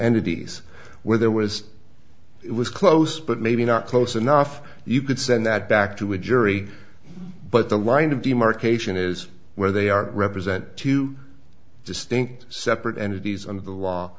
entities where there was it was close but maybe not close enough you could send that back to a jury but the line of demarcation is where they are represent two distinct separate entities and the law